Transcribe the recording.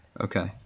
Okay